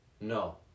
No